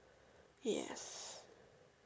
yes